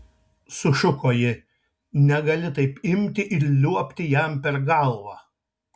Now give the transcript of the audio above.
sušuko ji negali taip imti ir liuobti jam per galvą